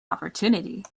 opportunity